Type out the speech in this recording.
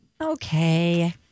Okay